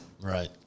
right